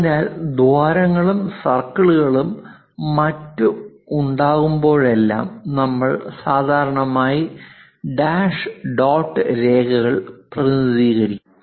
അതിനാൽ ദ്വാരങ്ങളും സർക്കിളുകളും മറ്റും ഉണ്ടാകുമ്പോഴെല്ലാം നമ്മൾ സാധാരണയായി ഈ ഡാഷ് ഡോട്ട് രേഖകൾ പ്രതിനിധീകരിക്കുന്നു